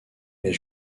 est